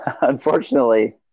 unfortunately